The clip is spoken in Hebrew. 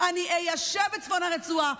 אני איישב את צפון הרצועה,